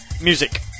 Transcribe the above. music